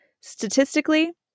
statistically